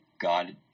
God